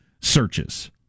searches